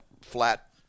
flat